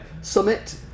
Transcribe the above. Summit